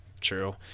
True